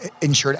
insured